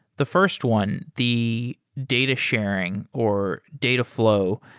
the first one, the data sharing or dataflow.